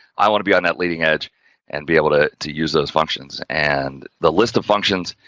i want to be on that leading edge and be able to to use those functions and the list of functions,